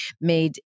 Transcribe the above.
made